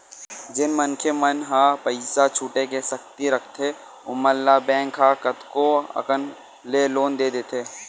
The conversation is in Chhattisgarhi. जेन मनखे मन ह पइसा छुटे के सक्ति रखथे ओमन ल बेंक ह कतको अकन ले लोन दे देथे